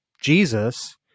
Jesus